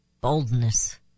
boldness